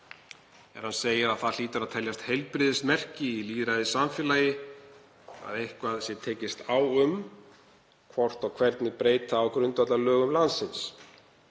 forseta: „Það hlýtur að teljast heilbrigðismerki í lýðræðissamfélagi að eitthvað sé tekist á um hvort og hvernig breyta á grundvallarlögum landsins.